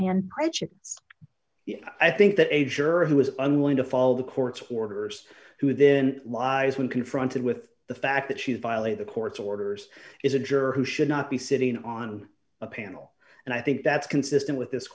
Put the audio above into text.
projects i think that a juror who is unwilling to follow the court's hoarders who then lies when confronted with the fact that she violate the court's orders is a juror who should not be sitting on a panel and i think that's consistent with this